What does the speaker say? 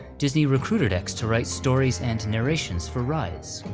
disney recruited x to write stories and narrations for rides.